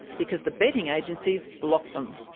because the betting agencies block them.